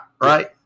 Right